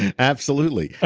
absolutely.